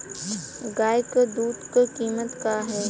गाय क दूध क कीमत का हैं?